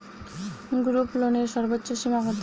গ্রুপলোনের সর্বোচ্চ সীমা কত?